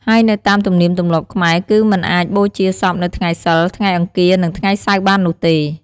ហើយនៅតាមទន្លៀមទំលាប់ខ្មែរគឺមិនអាចបូជាសពនៅថ្ងៃសីល ថ្ងៃអង្គារនិងថ្ងៃសៅរ៍បាននោះទេ។